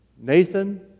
Nathan